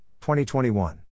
2021